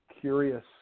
curious